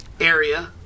area